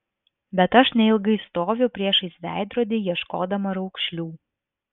bet aš neilgai stoviu priešais veidrodį ieškodama raukšlių